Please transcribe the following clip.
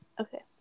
Okay